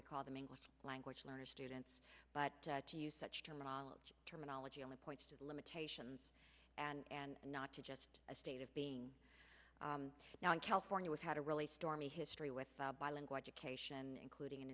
we call them english language learners students but to use such terminology terminology only points to limitations and not just a state of being now in california which had a really stormy history with bilingual education including